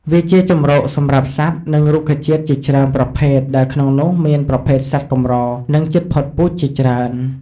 វាជាជម្រកសម្រាប់សត្វ និងរុក្ខជាតិជាច្រើនប្រភេទដែលក្នុងនោះមានប្រភេទសត្វកម្រ និងជិតផុតពូជជាច្រើន។